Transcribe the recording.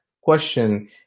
question